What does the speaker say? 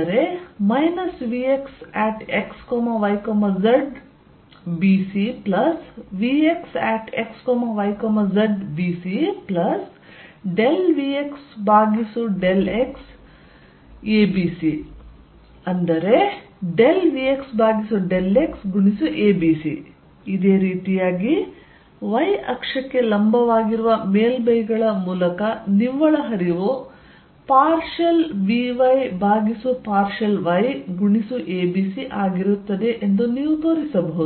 vxxyzbcvxxyzbcvx∂xabcvx∂xabc ಇದೇ ರೀತಿಯಾಗಿ y ಅಕ್ಷಕ್ಕೆ ಲಂಬವಾಗಿರುವ ಮೇಲ್ಮೈಗಳ ಮೂಲಕ ನಿವ್ವಳ ಹರಿವು ಪಾರ್ಷಿಯಲ್ vy ಭಾಗಿಸು ಪಾರ್ಷಿಯಲ್ y abc ಆಗಿರುತ್ತದೆ ಎಂದು ನೀವು ತೋರಿಸಬಹುದು